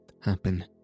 happen